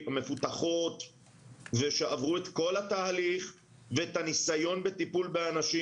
מפותחות ושעברו את כל התהליך ואת הניסיון בטיפול באנשים,